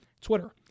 Twitter